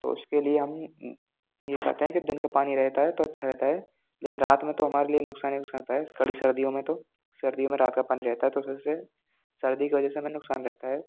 तो उसके लिए हम ये चाहते हैं कि दिन का पानी रहता है तो अच्छा रहता है लेकिन रात में तो हमारे लिए नुकसान ही नुकसान होता है कड़ी सर्दियों में तो सर्दियों में रात का पानी रहता है तो उस वजह से सर्दी के वजह से हमें नुकसान रहता है